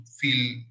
feel